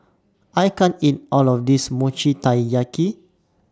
I can't eat All of This Mochi Taiyaki